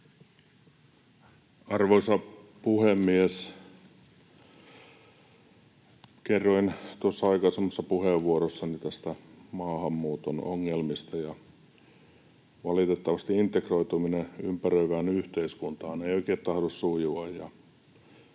Arvoisa puhemies! Kerroin tuossa aikaisemmassa puheenvuorossani näistä maahanmuuton ongelmista. Valitettavasti integroituminen ympäröivään yhteiskuntaan ei oikein tahdo sujua,